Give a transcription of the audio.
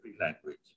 language